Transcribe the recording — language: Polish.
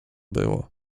było